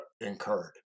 incurred